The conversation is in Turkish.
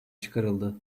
çıkarıldı